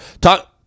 Talk